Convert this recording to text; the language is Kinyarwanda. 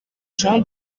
jean